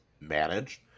managed